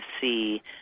see